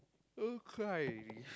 I want to cry already